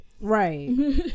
Right